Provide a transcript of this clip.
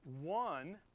one